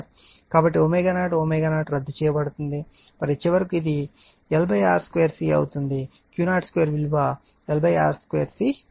కాబట్టి ω0 ω0 రద్దు చేయబడుతుంది మరియు చివరకు ఇది LR 2 C అవుతుంది Q0 2 విలువ L R 2 C అవుతుంది